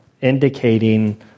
indicating